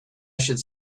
should